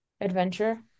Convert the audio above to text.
adventure